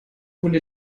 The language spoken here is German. kunde